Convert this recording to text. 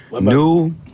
new